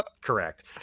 Correct